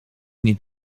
niet